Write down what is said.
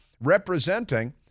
representing